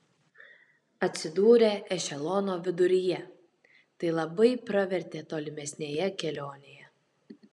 atsidūrė ešelono viduryje tai labai pravertė tolimesnėje kelionėje